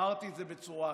אמרתי את זה בצורה אחרת,